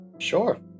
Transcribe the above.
Sure